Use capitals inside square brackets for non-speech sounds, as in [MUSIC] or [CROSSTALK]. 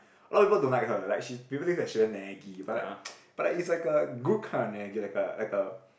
a lot of people don't like her like she people thinks she very naggy but like [NOISE] but like it's like a good kind of naggy like a like a